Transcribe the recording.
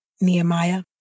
Nehemiah